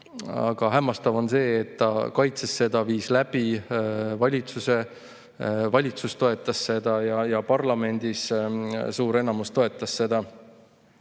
Aga hämmastav on see, et ta kaitses seda, viis läbi, valitsus toetas seda ja parlamendis suur enamus toetas seda.